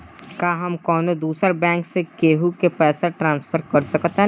का हम कौनो दूसर बैंक से केहू के पैसा ट्रांसफर कर सकतानी?